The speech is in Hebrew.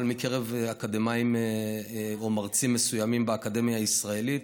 אבל מקרב אקדמאים או מרצים מסוימים באקדמיה הישראלית,